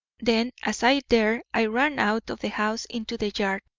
then, as i dared, i ran out of the house into the yard.